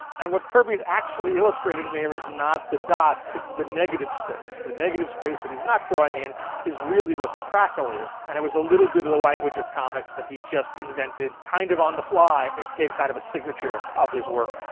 and what kirby is actually illustrating there is not the dots, it's the negative space the negative space that he's not drawing in is really what the crackle is. and it was a little bit of the language of comics that he just invented kind of on the fly. it became kind of a signature of his work.